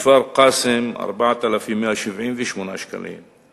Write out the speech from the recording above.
ובכפר-קאסם 4,178 שקלים,